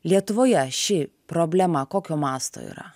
lietuvoje ši problema kokio masto yra